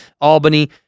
Albany